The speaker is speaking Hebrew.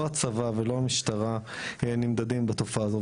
לא הצבא ולא המשטרה נמדדים בתופעה הזו,